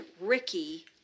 Ricky